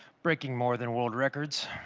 breaking more than world records.